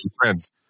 friends